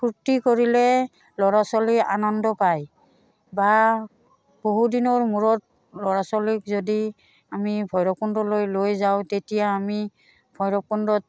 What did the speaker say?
ফূৰ্তি কৰিলে ল'ৰা ছোৱালী আনন্দ পায় বা বহুদিনৰ মূৰত ল'ৰা ছোৱালীক যদি আমি ভৈৰৱকুণ্ডলৈ লৈ যাওঁ তেতিয়া আমি ভৈৰৱকুণ্ডত